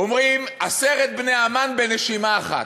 אומרים עשרת בני המן בנשימה אחת,